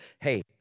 hey